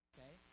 Okay